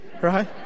Right